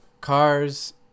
cars